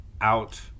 out